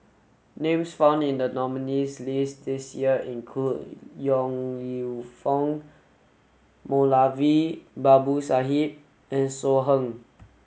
names found in the nominees' list this year include Yong Lew Foong Moulavi Babu Sahib and So Heng